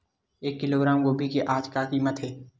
एक किलोग्राम गोभी के आज का कीमत हे?